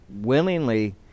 willingly